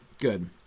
good